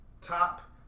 Top